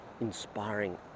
inspiring